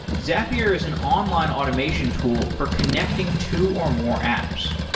zapier is an online automation tool for connecting two or more apps.